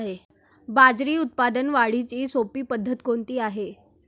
बाजरी उत्पादन वाढीची सोपी पद्धत कोणती आहे?